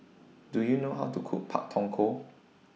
Do YOU know How to Cook Pak Thong Ko